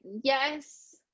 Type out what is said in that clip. Yes